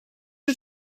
wyt